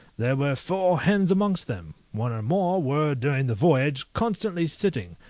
there were four hens amongst them one or more were, during the voyage, constantly sitting,